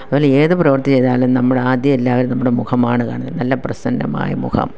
അതുപോലെ ഏതു പ്രവർത്തി ചെയ്താലും നമ്മളാദ്യം എല്ലാവരും നമ്മുടെ മുഖമാണ് കാണുന്നത് നല്ല പ്രസന്നമായ മുഖം